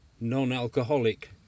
non-alcoholic